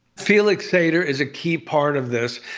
felix sater is a key part of this,